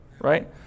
right